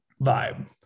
vibe